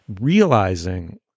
Realizing